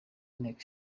inteko